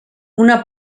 una